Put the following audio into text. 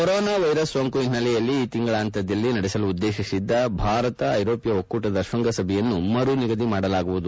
corona virus ಸೋಂಕು ಹಿನ್ನೆಲೆಯಲ್ಲಿ ಈ ತಿಂಗಳಾಂತ್ವದಲ್ಲಿ ನಡೆಸಲು ಉದ್ದೇಶಿಸಿದ್ದ ಭಾರತ ಐರೋಪ್ಟ ಒಕ್ಕೂಟದ ಶೃಂಗಸಭೆಯನ್ನು ಮರುನಿಗದಿ ಮಾಡಲಾಗುವುದು